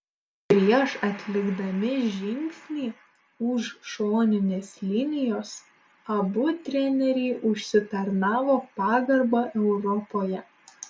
prieš atlikdami žingsnį už šoninės linijos abu treneriai užsitarnavo pagarbą europoje